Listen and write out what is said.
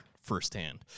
firsthand